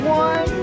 one